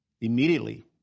immediately